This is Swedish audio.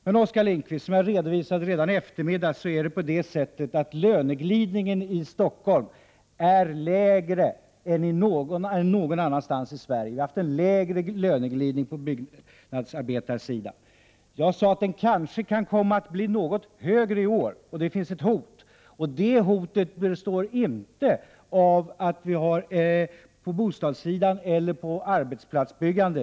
Som jag emellertid redovisade redan i eftermiddags är löneglidningen inom byggarbetarsektorn i Stockholm mindre än den är någon annanstans i Sverige. Jag sade att den kanske kan komma att bli något högre i år. Det finns nämligen ett hot. Det hotet består inte av bostadsbyggande eller arbetsplatsbyggande.